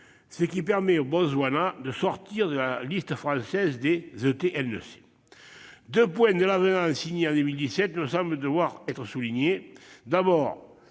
ce qui permet au Botswana de sortir de la liste française des ETNC. Deux points de l'avenant signé en 2017 me semblent devoir être soulignés.